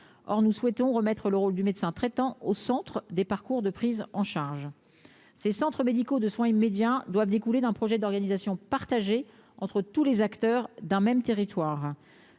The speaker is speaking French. or nous souhaitons remettre le rôle du médecin traitant au centre des parcours de prise en charge ces centres médicaux de soins immédiats doivent découler d'un projet d'organisation partagé entre tous les acteurs d'un même territoire,